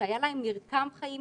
שהיה להם מרקם חיים,